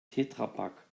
tetrapack